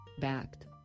backed